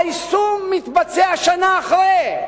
והיישום מתבצע רק שנה אחרי.